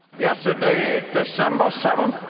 yesterday, december seventh,